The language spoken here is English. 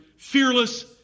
fearless